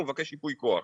הוא מבקש ייפוי כוח.